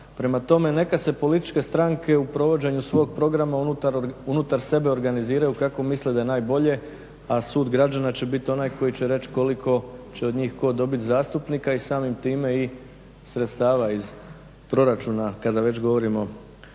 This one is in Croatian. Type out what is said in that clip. Prema tome, neke se političke stranke u provođenju svog programa unutar sebe organiziraju kako misle da je najbolje, a sud građana će biti onaj koji će reći koliko će od njih tko dobit zastupnika i samim time i sredstava iz proračuna kada već govorimo